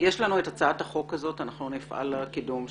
יש לנו את הצעת החוק הזאת ואנחנו נפעל לקידום שלה.